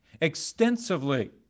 extensively